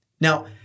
Now